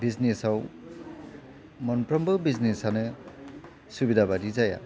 बिजनेसआव मोनफ्रोमबो बिजनेसआनो सुबिदा बायदि जाया